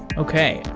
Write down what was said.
okay.